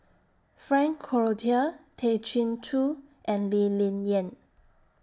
Frank Cloutier Tay Chin Joo and Lee Ling Yen